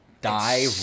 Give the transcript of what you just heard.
Die